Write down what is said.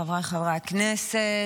חבריי חברי הכנסת,